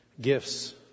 Gifts